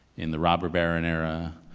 in the robber baron era,